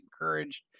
encouraged